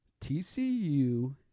TCU